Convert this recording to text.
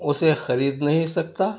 اسے خرید نہیں سکتا